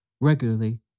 regularly